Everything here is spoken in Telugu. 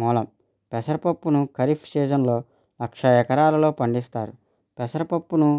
మూలం పెసరపప్పును ఖరీఫ్ సీజన్లో లక్ష ఎకరాలలో పండిస్తారు పెసరపప్పును